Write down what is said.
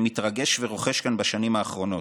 שמתרגש ורוחש כאן בשנים האחרונות,